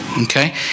Okay